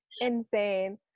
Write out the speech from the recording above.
insane